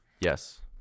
Yes